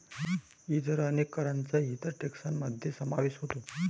इतर अनेक करांचा इतर टेक्सान मध्ये समावेश होतो